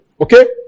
Okay